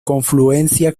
confluencia